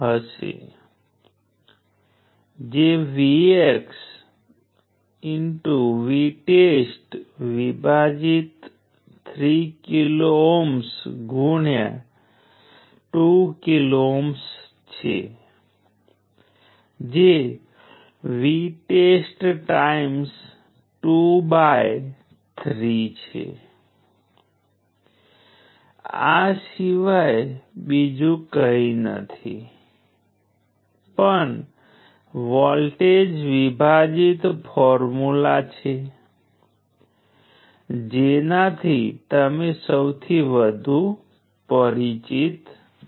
ચાલો આપણે સરળ કેસ ઉપર વિચાર કરીએ આપણી પાસે 1 કિલો ઓહ્મ રઝિસ્ટર છે જેની આજુબાજુ 2 વોલ્ટ છે ઓહ્મ લૉ દ્વારા આપણે જાણીએ છીએ કે કરંટ 2 વોલ્ટને 1 કિલો ઓહ્મ દ્વારા ડિવાઈડ કરે છે જે 2 મિલીએમ્પ છે